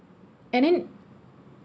and then